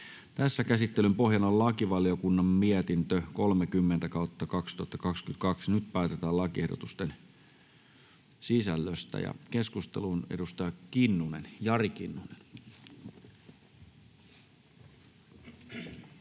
asia. Käsittelyn pohjana on lakivaliokunnan mietintö LaVM 30/2022 vp. Nyt päätetään lakiehdotusten sisällöstä. — Keskusteluun, edustaja Jari Kinnunen.